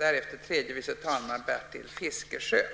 regeringsarbetet allmänt.